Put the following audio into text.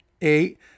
eight